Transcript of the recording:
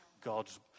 God's